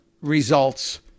results